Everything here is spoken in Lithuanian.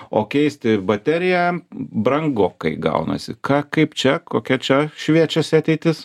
o keisti bateriją brangokai gaunasi ką kaip čia kokia čia šviečiasi ateitis